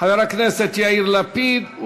חבר הכנסת יאיר לפיד,